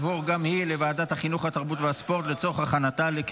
לוועדת החינוך, התרבות והספורט נתקבלה.